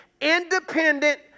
independent